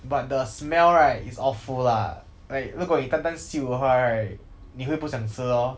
but the smell right is awful lah like 如果你单单嗅的话 right 你会不想吃 lor